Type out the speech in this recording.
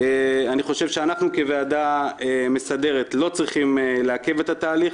אני חושב שאנחנו כוועדה מסדרת לא צריכים לעכב את התהליך.